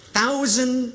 thousand